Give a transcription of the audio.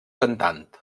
cantant